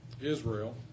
Israel